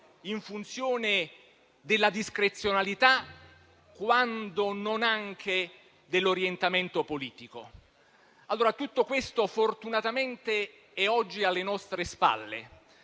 in funzione della discrezionalità, quando non anche dell'orientamento politico. Tutto questo fortunatamente è oggi alle nostre spalle,